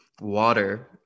water